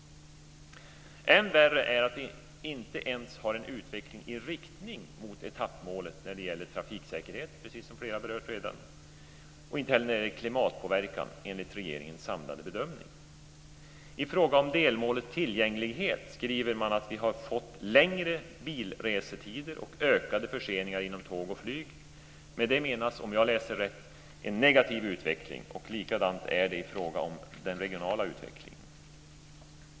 Än värre är det att vi inte ens har en utveckling i riktning mot etappmålet när det gäller trafiksäkerhet, precis som flera redan har berört, och inte heller när det gäller klimatpåverkan, enligt regeringens samlade bedömning. I fråga om delmålet tillgänglighet skriver man att vi har fått längre bilrestider och ökade förseningar inom tåg och flyg. Med det menas, om jag läser rätt, en negativ utveckling, och likadant är det i fråga om den regionala utvecklingen.